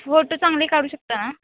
photo चांगले काढू शकता ना